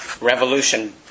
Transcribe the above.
revolution